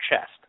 chest